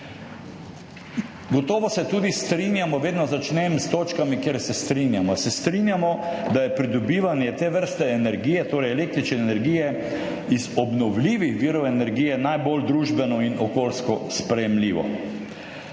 Gotovo se tudi strinjamo, vedno začnem s točkami, kjer se strinjamo, da je pridobivanje te vrste energije, torej električne energije iz obnovljivih virov energije, najbolj družbeno in okoljsko sprejemljivo,